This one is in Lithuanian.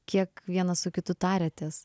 kiek vienas su kitu tariatės